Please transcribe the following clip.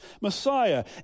Messiah